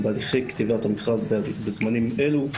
אנחנו בהליכי כתיבת המכרז בזמנים אלו,